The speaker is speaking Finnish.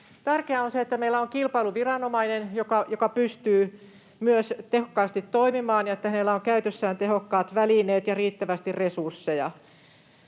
Tärkeää on se, että meillä on kilpailuviranomainen, joka myös pystyy tehokkaasti toimimaan, ja se, että heillä on käytössään tehokkaat välineet ja riittävästi resursseja.